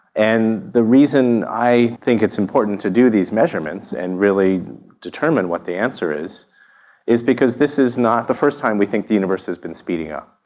and the reason i think it's important to do these measurements and really determine what the answer is is because this is not the first time we think the universe has been speeding up.